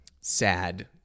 sad